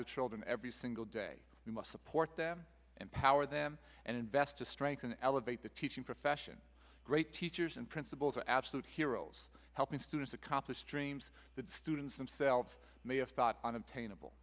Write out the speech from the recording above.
of children every single day we must support them and power them and invest to strengthen elevate the teaching profession great teachers and principals are absolute heroes helping students accomplish dreams that students themselves may have thought unattainable